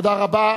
תודה רבה.